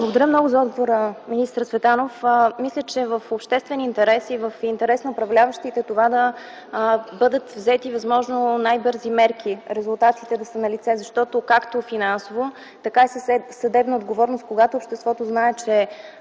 Благодаря много за отговора, министър Цветанов. Мисля, че е в обществен интерес и в интерес на управляващите е да бъдат взети възможно най-бързи мерки резултатите да са налице – както финансова, така и съдебна отговорност. Когато обществото знае, че